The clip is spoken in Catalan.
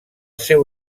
seu